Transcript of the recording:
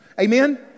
Amen